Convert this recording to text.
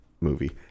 movie